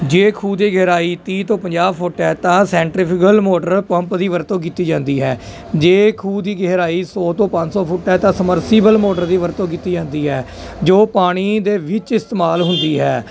ਜੇ ਖੂਹ ਤੇ ਗਹਿਰਾਈ ਤੀਹ ਤੋਂ ਪੰਜਾਹ ਫੁੱਟ ਹੈ ਤਾਂ ਸੈਂਟਰਫਿਗਲ ਮੋਟਰ ਪੰਪ ਦੀ ਵਰਤੋਂ ਕੀਤੀ ਜਾਂਦੀ ਹੈ ਜੇ ਖੂਹ ਦੀ ਗਹਿਰਾਈ ਸੌ ਤੋਂ ਪੰਜ ਸੌ ਫੁੱਟ ਹੈ ਤਾਂ ਸਮਰਸੀਬਲ ਮੋਟਰ ਦੀ ਵਰਤੋਂ ਕੀਤੀ ਜਾਂਦੀ ਹੈ ਜੋ ਪਾਣੀ ਦੇ ਵਿੱਚ ਇਸਤੇਮਾਲ ਹੁੰਦੀ ਹੈ